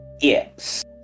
Yes